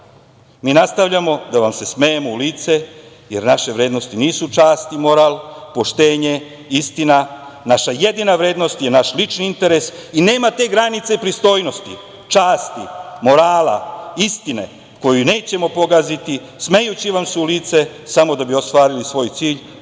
mi nastavljamo da vam se smejemo u lice, jer naše vrednosti nisu čast ni moral, poštenje, istina, naša jedina vrednost je naš lični interes i nema te granice pristojnosti, časti, morala, istine koju nećemo pogaziti smejući vam se u lice, a samo da bi ostvarili svoj cilj,